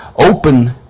Open